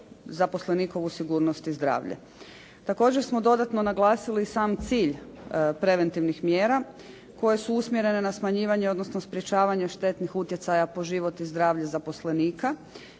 zaposlenikovu sigurnost i zdravlje. Također smo dodatno naglasili sam cilj preventivnih mjera koje su usmjerene na smanjivanje odnosno sprječavanje štetnih utjecaja po život i zdravlje zaposlenika